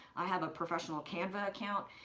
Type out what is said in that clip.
i have a professional canva account,